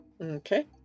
Okay